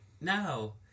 no